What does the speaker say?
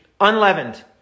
Unleavened